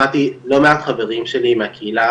אני שמעתי לא מעט חברים שלי מהקהילה